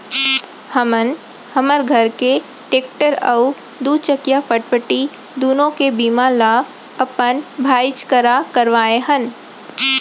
हमन हमर घर के टेक्टर अउ दूचकिया फटफटी दुनों के बीमा ल अपन भाईच करा करवाए हन